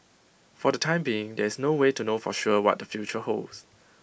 for the time being there is no way to know for sure what their future holds